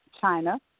China